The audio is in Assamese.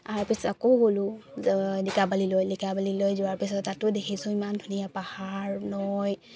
আহাৰ পিছত আকৌ গ'লো লিকাবালিলৈ লিকাবালিলৈ যোৱাৰ পিছত তাতো দেখিছো ইমান ধুনীয়া পাহাৰ নৈ